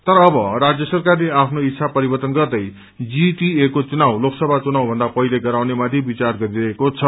तर अव राज्य सरकारले आफ्नो इच्छा परिवर्त्तन गर्दै जीटीए को चुनाव लोकसभा चुनावभन्दा पहिले गराउनेमाथि विचार गरिरहेको छ